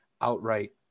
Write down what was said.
outright